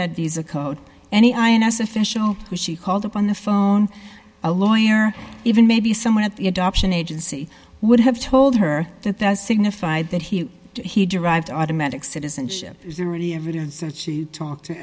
that these a code any ins official who she called up on the phone a lawyer even maybe someone at the adoption agency would have told her that that signified that he he derived automatic citizenship is there any evidence that she talked to